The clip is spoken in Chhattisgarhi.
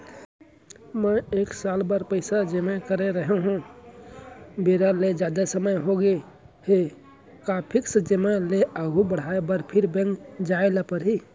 मैं एक साल बर पइसा जेमा करे रहेंव, बेरा ले जादा समय होगे हे का फिक्स जेमा ल आगू बढ़ाये बर फेर बैंक जाय ल परहि?